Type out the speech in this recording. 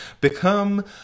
become